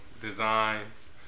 designs